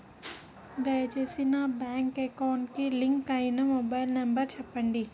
దయచేసి నా bank account కి లింక్ అయినా మొబైల్ నంబర్ చెప్పండి